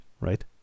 right